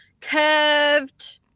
curved